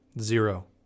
Zero